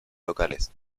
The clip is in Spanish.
locales